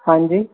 ਹਾਂਜੀ